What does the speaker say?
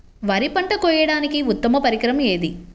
వరి పంట కోయడానికి ఉత్తమ పరికరం ఏది?